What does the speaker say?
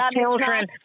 children